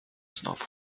znowu